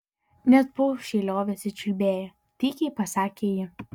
net paukščiai liovėsi čiulbėję tykiai pasakė ji